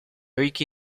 ricky